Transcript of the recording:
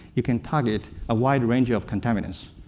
you can target a wide range of contaminants.